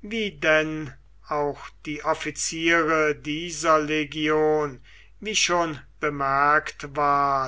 wie denn auch die offiziere dieser legion wie schon bemerkt ward